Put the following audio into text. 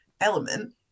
element